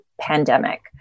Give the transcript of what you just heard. pandemic